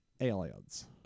Aliens